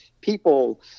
people